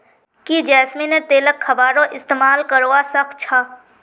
की जैस्मिनेर तेलक खाबारो इस्तमाल करवा सख छ